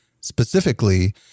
specifically